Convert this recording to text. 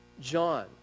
John